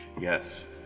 Yes